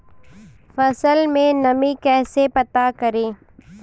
फसल में नमी कैसे पता करते हैं?